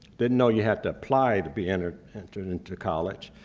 didn't know you had to apply to be entered entered into college.